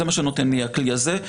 זה מה שנותן לי הכלי הזה.